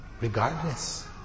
Regardless